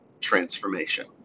transformation